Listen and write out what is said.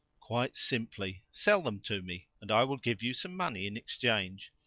quite simply. sell them to me, and i will give you some money in exchange.